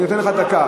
אני נותן לך דקה.